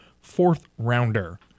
fourth-rounder